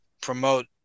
promote